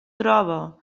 troba